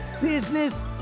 business